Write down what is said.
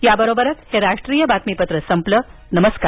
या बरोबरच हे राष्ट्रीयबातमीपत्र संपलं नमस्कार